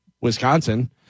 Wisconsin